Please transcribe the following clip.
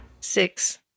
Six